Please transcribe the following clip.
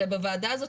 הרי בוועדה הזאת,